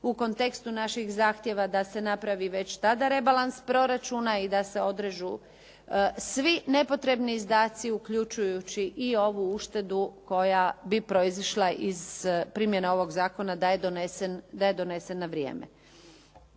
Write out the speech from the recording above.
u kontekstu naših zahtjeva da se napravi već tada rebalans proračuna i da se odrežu svi nepotrebni izdaci uključujući i ovu uštedu koja bi proizišla iz primjene ovog zakona da je donesen na vrijeme.